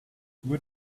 good